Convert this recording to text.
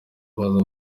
baza